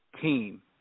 team